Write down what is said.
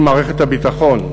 אם מערכת הביטחון,